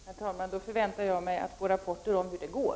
Herr talman! Då förväntar jag mig att få rapporter om hur det går.